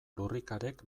lurrikarek